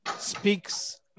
Speaks